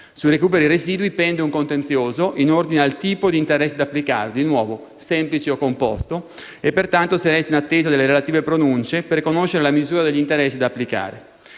Sui recuperi residui pende un contenzioso in ordine al tipo di interesse da applicare (semplice o composto). Pertanto, si resta in attesa delle relative pronunce, per conoscere la misura degli interessi da applicare.